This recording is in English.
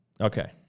Okay